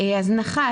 הזנחה,